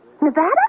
Nevada